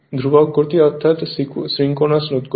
ধ্রুবক গতি অর্থাৎ সিঙ্ক্রোনাস গতি